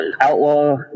outlaw